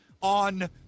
on